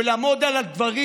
ולעמוד על הדברים